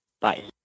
Bye